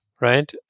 right